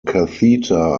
catheter